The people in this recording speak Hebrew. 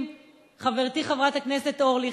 חברתי חברת הכנסת אורלי,